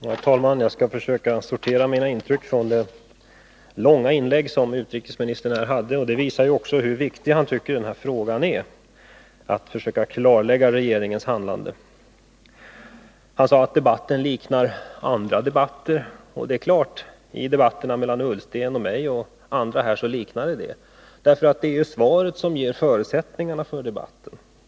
Herr talman! Jag skall försöka att sortera mina intryck av det långa inlägg som utrikesministern här gjort. Det visar hur viktig han tycker att den här frågan är och att han vill försöka klarlägga regeringens handlande. Ola Ullsten sade att denna debatt liknar andra debatter. Ja, det är klart — den liknar andra debatter mellan Ola Ullsten och mig och andra, därför att det ju är svaret som ger förusättningarna för debatten.